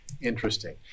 interesting